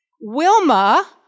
Wilma